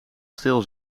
stil